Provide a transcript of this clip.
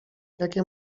jakie